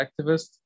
activist